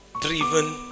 driven